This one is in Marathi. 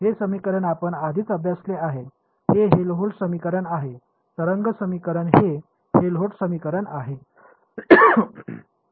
हे समीकरण आपण आधीच अभ्यासले आहे हे हेल्होल्ट्ज समीकरण आहे तरंग समीकरण हे हेल्होल्ट्ज समीकरण आहे